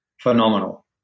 phenomenal